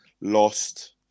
lost